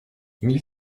mille